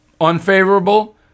Unfavorable